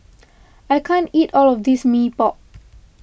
I can't eat all of this Mee Pok